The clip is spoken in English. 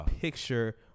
picture